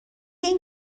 این